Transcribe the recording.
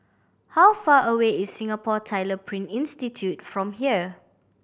how far away is Singapore Tyler Print Institute from here